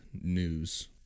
news